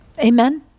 Amen